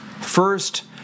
first